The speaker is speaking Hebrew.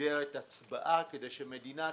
מסגרת ההצבעה, כדי שמדינת